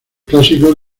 clásicos